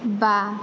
बा